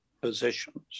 positions